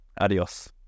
adios